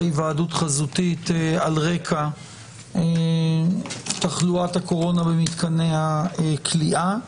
היוועדות חזותית על רקע תחלואת הקורונה במתקני הכליאה.